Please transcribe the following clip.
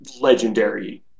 legendary